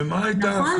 נכון.